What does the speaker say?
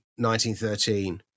1913